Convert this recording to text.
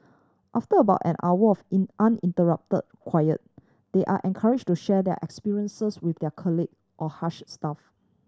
after about an hour of in uninterrupted quiet they are encouraged to share their experiences with their colleague or Hush staff